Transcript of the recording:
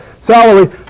salary